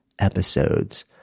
episodes